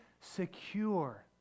secure